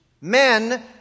men